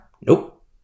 nope